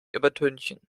übertünchen